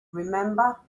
remember